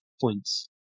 points